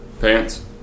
Pants